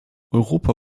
europa